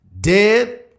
dead